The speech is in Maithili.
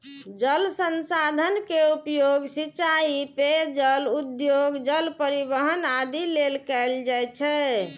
जल संसाधन के उपयोग सिंचाइ, पेयजल, उद्योग, जल परिवहन आदि लेल कैल जाइ छै